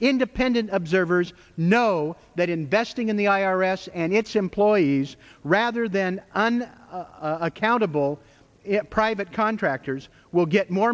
independent observers know that investing in the i r s and its employees rather than on accountable private contractors will get more